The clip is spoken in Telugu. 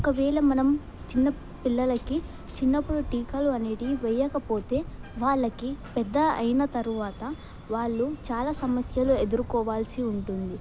ఒకవేళ మనం చిన్న పిల్లలకి చిన్నప్పుడు టీకాలు అనేవి వయ్యకపోతే వాళ్ళకి పెద్ద అయిన తరువాత వాళ్ళు చాలా సమస్యలు ఎదుర్కోవాల్సి ఉంటుంది